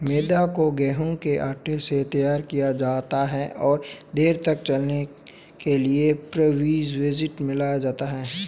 मैदा को गेंहूँ के आटे से तैयार किया जाता है और देर तक चलने के लिए प्रीजर्वेटिव मिलाया जाता है